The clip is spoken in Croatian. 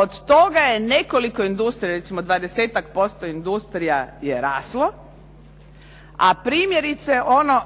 Od toga je nekoliko industrija, recimo 20-ak posto industrija je raslo a primjerice ono